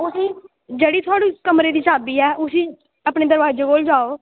ओह् फिर जेह्ड़ी थुआढ़ी कमरे दी चाभी ऐ अपने दरोआजै कोले गी जाओ